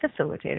Facilitator